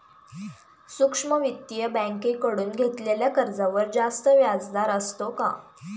सूक्ष्म वित्तीय बँकेकडून घेतलेल्या कर्जावर जास्त व्याजदर असतो का?